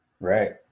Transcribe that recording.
Right